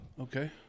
Okay